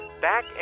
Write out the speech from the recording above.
Back